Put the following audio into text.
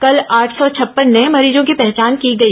कल आठ सौ छप्पन नये मरीजों की पहचान की गई